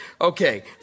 Okay